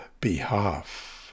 behalf